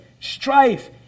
strife